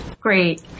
Great